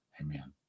amen